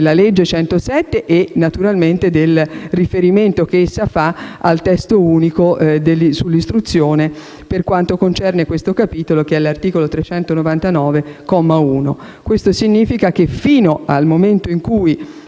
legge n. 107 e il riferimento che essa fa al testo unico sull'istruzione per quanto concerne questo capitolo, che è l'articolo 399, comma 1. Questo significa che, fino al momento in cui